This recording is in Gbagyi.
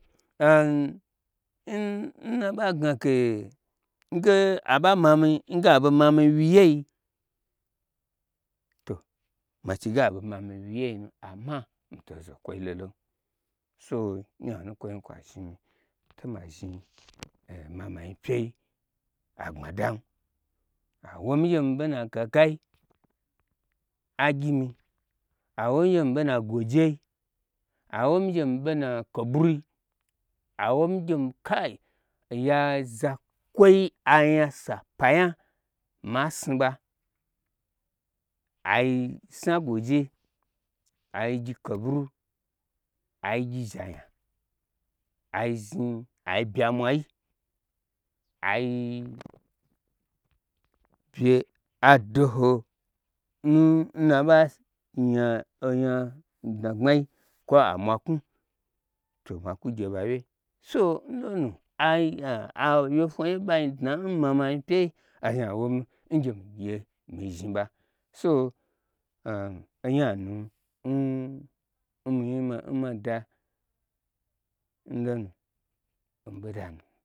naɓa gnage nge aɓa mami ngeaɓo mami n wyiyei to machige aɓo mami nwyi yei nu amma mito n kwai lolon so nyanu nkwo zhni kwa zhnimi to ma zhni omi ma ma nyi pyei agbmadam awomi ngye mi be n na gabai agyimi awomi ngyemi be nna gwoje, awomi ngyemi ɓe na kaburui, awo mi ngyemi kai. Oya zakwo anya sapa nya ma snu ɓa ai sna gwoje ai gyi ko buru ai gyi zha nya ai zhni ai bye amwai ai bye adoho n na ɓa nya onya dnagbmai kwo amwa knwu to ma kwu gye ɓa wye so nlonu a wye fwna ye n ɓain dnan mi ma ma nyi pyei azhni awomi ngye migye mi zhni ɓa so onya nu n miye mada nlonu omi ɓodanu.